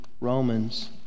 Romans